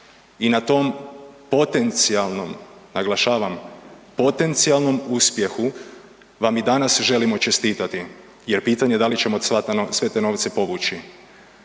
i na tom potencijalnom, naglašavam potencijalnom uspjehu vam i danas želimo čestitati jer pitanje da li ćemo sve te novce povući.